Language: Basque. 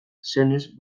senez